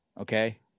Okay